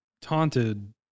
taunted